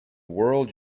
world